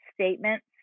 statements